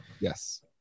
yes